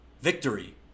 victory